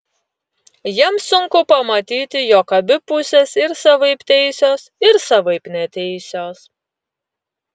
jiems sunku pamatyti jog abi pusės ir savaip teisios ir savaip neteisios